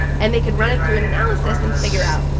and they could run it through an analysis and figure out,